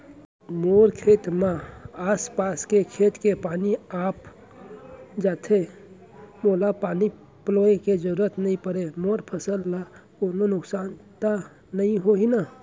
मोर खेत म आसपास के खेत के पानी आप जाथे, मोला पानी पलोय के जरूरत नई परे, मोर फसल ल कोनो नुकसान त नई होही न?